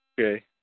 Okay